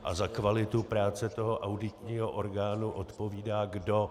A za kvalitu práce toho auditního orgánu odpovídá kdo?